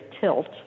tilt